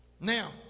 Now